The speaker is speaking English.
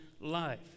life